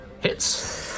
hits